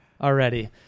already